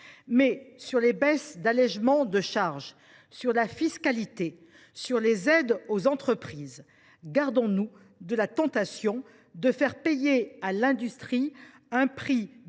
Sur les baisses d’allégements de charges, sur la fiscalité, sur les aides aux entreprises, gardons nous toutefois de la tentation de faire payer à l’industrie un prix